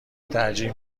ترجیح